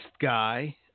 guy